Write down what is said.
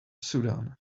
sudan